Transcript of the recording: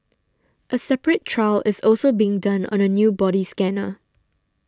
a separate trial is also being done on a new body scanner